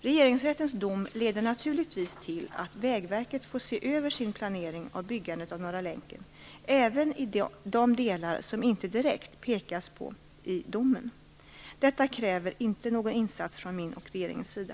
Regeringsrättens dom leder naturligtvis till att Vägverket får se över sin planering av byggandet av Norra länken även i de delar som inte direkt pekas ut i domen. Detta kräver inte någon insats från min och regeringens sida.